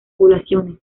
poblaciones